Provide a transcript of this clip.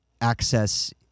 access